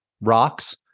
rocks